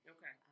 Okay